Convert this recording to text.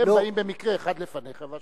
הם באים במקרה אחד לפניך והשני אחריך.